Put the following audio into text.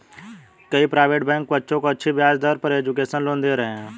कई private bank बच्चों को अच्छी ब्याज दर पर एजुकेशन लोन दे रहे है